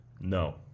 No